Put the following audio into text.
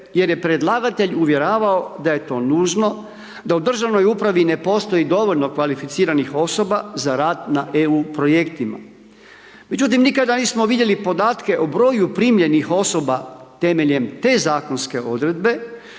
jer je predlagatelj uvjeravao da je to nužno, da u državnoj upravi ne postoji dovoljno kvalificiranih osoba za rad na EU Projektima. Međutim, nikada nismo vidjeli podatke o broju primljenih osoba temeljem te zakonske odredbe,